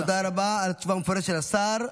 תודה רבה על תשובה מפורטת של השר.